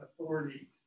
authority